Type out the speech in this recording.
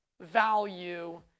value